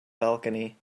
balcony